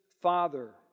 Father